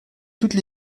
toutes